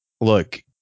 look